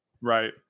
Right